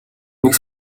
нэг